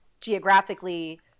geographically